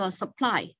supply